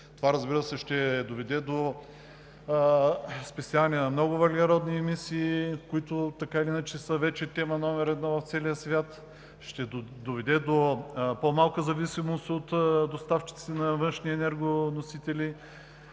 Това ще доведе до спестяване и на много въглеродни емисии, които, така или иначе, са вече тема номер едно в целия свят, ще доведе до по-малка зависимост от доставчиците на външни енергоносители